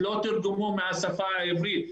לא תרגמו מהשפה העברית.